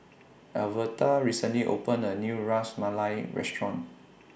Alverta recently opened A New Ras Malai Restaurant